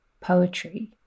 poetry